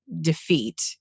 defeat